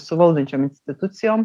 su valdančiam institucijom